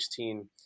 2016